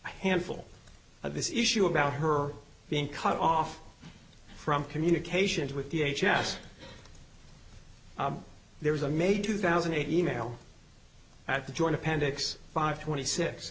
handful of this issue about her being cut off from communications with the h s there was a may two thousand e mail at the joint appendix five twenty six